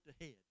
ahead